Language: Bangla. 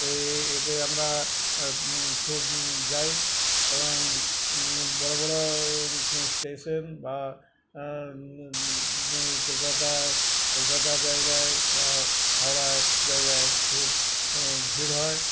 এই এতে আমরা খুব যাই এবং বড়ো বড়ো স্টেশন বা কলকাতায় কলকাতা জায়গায় বা হাওড়ার জায়গায় খুব ভিড় হয়